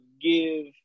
give